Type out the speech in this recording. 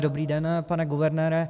Dobrý den, pane guvernére.